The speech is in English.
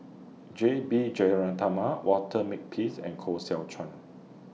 J B Jeyaretnam Walter Makepeace and Koh Seow Chuan